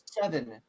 seven